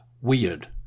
weird